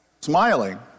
smiling